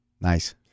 Nice